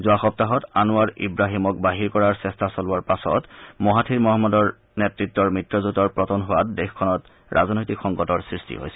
যোৱা সপ্তাহত আনোৱাৰ ইব্ৰাহিমক বাহিৰ কৰাৰ চেষ্টা চলোৱা পাছত মহাতিৰ মহম্মদ নেতৃতাধীন মিত্ৰজোঁটৰ পতন ঘটাৰ দেশখনত এক ৰাজনৈতিক সংকটৰ সৃষ্টি হৈছিল